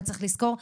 יש לזכור,